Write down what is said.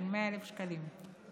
של 100,000 שקלים,